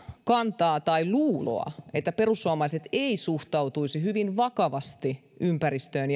kantaa tai luuloa että perussuomalaiset eivät suhtautuisi hyvin vakavasti ympäristöön